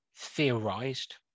theorized